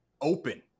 open